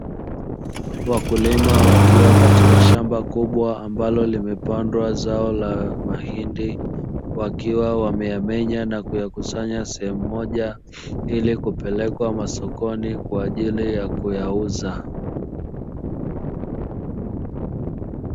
Wakulima wakiwa katika shamba kubwa ambalo limepandwa zao la mahindi wakiwa wameyamenya na kuyakusanya sehemu moja ili kupelekwa masokoni kwa ajili ya kuyauza.